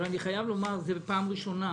אבל אני חייב לומר בפעם ראשונה,